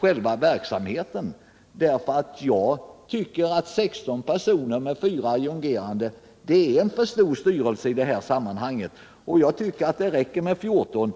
själva verksamheten. Jag tycker att en styrelse på 16 personer med 4 adjungerade ledamöter är för stor i detta sammanhang. Det räcker med 14.